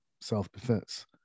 self-defense